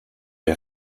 les